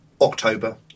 October